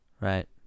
Right